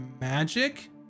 magic